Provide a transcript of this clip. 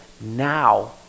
now